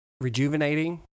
rejuvenating